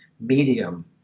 medium